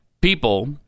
people